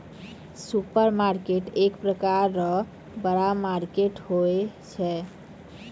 supermarket एक प्रकार रो बड़ा मार्केट होय छै